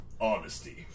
Honesty